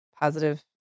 positive